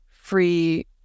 free